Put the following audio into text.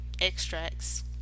extracts